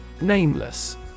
Nameless